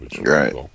Right